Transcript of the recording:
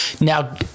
now